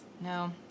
No